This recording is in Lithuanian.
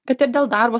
kad ir dėl darbo